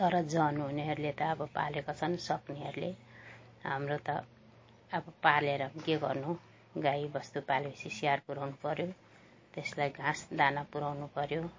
तर जन हुनेहरूले त अब पालेका छन् सक्नेहरूले हाम्रो त अब पालेर के गर्नु गाई वस्तु पाले पछि स्याहार पुर्याउनु पऱ्यो त्यसलाई घाँस दाना पुर्याउनु पऱ्यो